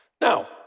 Now